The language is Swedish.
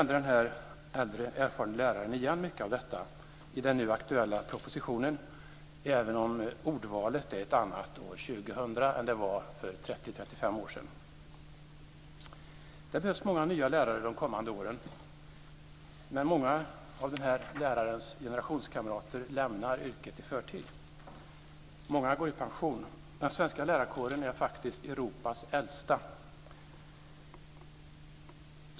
Den här äldre, erfarne läraren kände igen mycket av detta i den nu aktuella propositionen, även om ordvalet är ett annat år 2000 än det var för 30-35 år sedan. Det behövs många nya lärare de kommande åren, men många av den lärarens generationskamrater lämnar yrket i förtid. Många går i pension. Den svenska lärarkåren är faktiskt Europas äldsta.